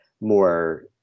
more